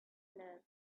live